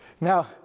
Now